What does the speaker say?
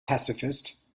pacifist